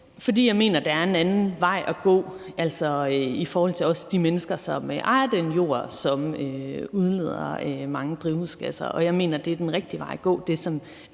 jeg mener, at der er en anden vej at gå, også i forhold til de mennesker, som ejer den jord, som udleder mange drivhusgasser. Jeg mener, det er den rigtige vej at gå